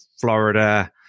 Florida